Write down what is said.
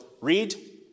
read